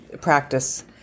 practice